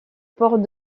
port